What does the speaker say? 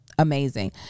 Amazing